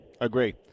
Agree